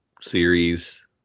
series